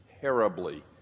terribly